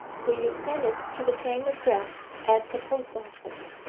will you send it to the same address at the post-office?